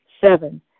Seven